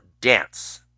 dance